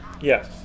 Yes